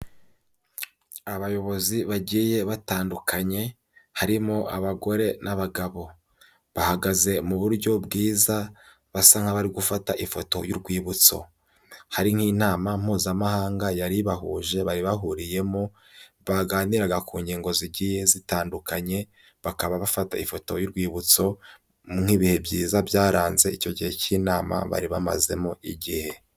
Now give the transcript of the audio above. Abayobozi bagiye batandukanye harimo abagore n'abagabo. Bahagaze mu buryo bwiza basa nk'abari gufata ifoto y'urwibutso. Hari nk'inama mpuzamahanga yari ibahuje bari bahuriyemo, baganiraga ku ngingo zigiye zitandukanye, bakaba bafata ifoto y'urwibutso nk'ibihe byiza byaranze icyo gihe cy'inama bari bamazemo igihe.